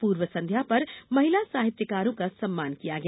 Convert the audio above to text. पूर्व संध्या पर महिला साहित्यकारों का सम्मान किया गया